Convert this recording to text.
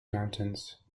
mountains